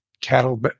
cattle